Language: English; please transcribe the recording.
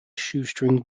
shoestring